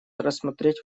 рассмотреть